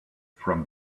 from